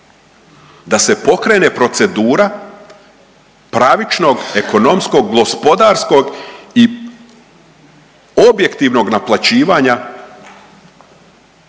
da se pokrene procedura pravičnog, ekonomskog, gospodarskog i objektivnog naplaćivanja